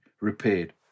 repaired